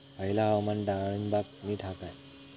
हयला हवामान डाळींबाक नीट हा काय?